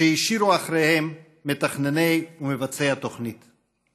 שהשאירו אחריהם מתכנני ומבצעי התוכנית,